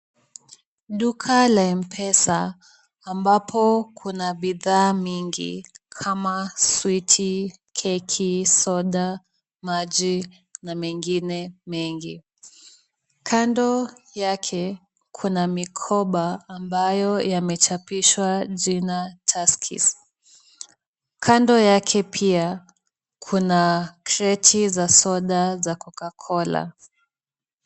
Duka la M-Pesa ambapo kuna bidhaa mingi kama switi , keki, soda, maji, na mengine mengi. Kando yake kuna mikoba ambayo yamechapishwa jina Tuskeys . Kando yake pia kuna kreti za soda za Coca-Cola.